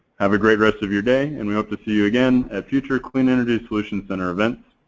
have a great rest of your day and we hope to see you again at future clean energy solutions center events.